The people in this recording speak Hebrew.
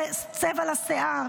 צבע לשיער,